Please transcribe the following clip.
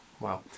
Wow